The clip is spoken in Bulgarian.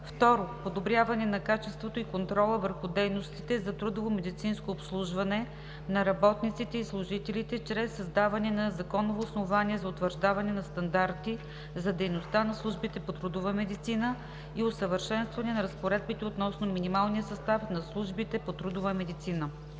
2. Подобряване на качеството и контрола върху дейностите за трудовомедицинско обслужване на работниците и служителите, чрез създаване на законово основание за утвърждаване на стандарти за дейността на службите по трудова медицина и усъвършенстване на разпоредбите относно минималния състав на службите по трудова медицина.